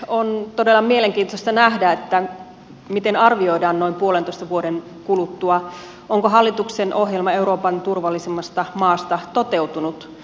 on todella mielenkiintoista nähdä miten arvioidaan noin puolentoista vuoden kuluttua onko hallituksen ohjelma euroopan turvallisimmasta maasta toteutunut